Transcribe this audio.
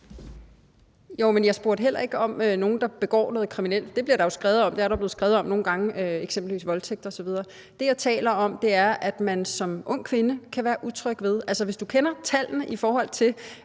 Jo, men jeg spurgte heller ikke om nogen, der begår noget kriminelt, men det er der jo blevet skrevet om nogle gange, eksempelvis voldtægter osv. Det, som jeg taler om, er, at man som ung kvinde kan være utryg. Hvis man kender til tallene i forhold til